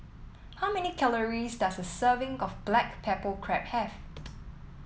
how many calories does a serving of Black Pepper Crab have